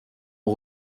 ont